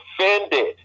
offended